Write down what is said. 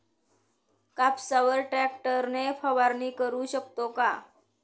कापसावर ट्रॅक्टर ने फवारणी करु शकतो का?